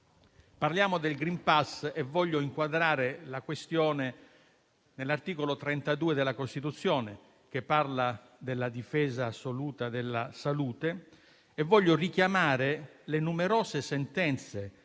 proposito del *green pass*, voglio inquadrare la questione nell'articolo 32 della Costituzione, che parla della difesa assoluta della salute e voglio richiamare le numerose sentenze